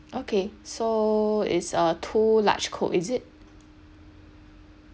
okay so is uh two large coke is it